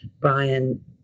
Brian